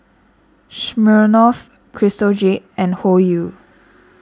Smirnoff Crystal Jade and Hoyu